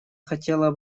хотела